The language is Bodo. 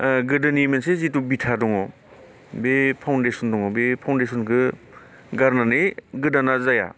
गोदोनि जिथु मोनसे बिथा दङ बे फावन्देसन दङ बे फावन्देसनखौ गारनानै गोदाना जाया